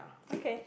okay